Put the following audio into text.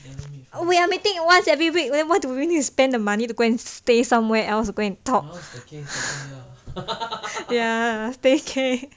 we are meeting at once every week when why do we need to spend the money to go and stay somewhere else go and talk